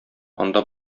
анда